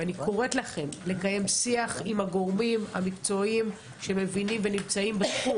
ואני קוראת לכם לקיים שיח עם הגורמים המקצועיים שמבינים ונמצאים בתחום